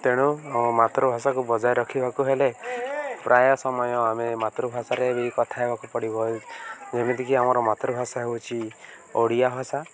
ତେଣୁ ଆମ ମାତୃଭାଷାକୁ ବଜାୟ ରଖିବାକୁ ହେଲେ ପ୍ରାୟ ସମୟ ଆମେ ମାତୃଭାଷାରେ ବି କଥା ହେବାକୁ ପଡ଼ିବ ଯେମିତିକି ଆମର ମାତୃଭାଷା ହେଉଛି ଓଡ଼ିଆ ଭାଷା